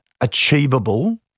achievable